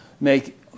make